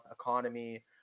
economy